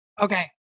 Okay